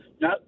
No